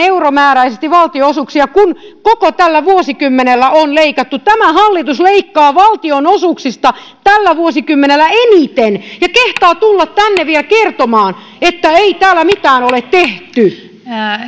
valtionosuuksia kuin koko tällä vuosikymmenellä on leikattu tämä hallitus leikkaa valtionosuuksista tällä vuosikymmenellä eniten ja kehtaa tulla tänne vielä kertomaan että ei täällä mitään ole tehty